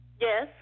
Yes